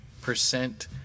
percent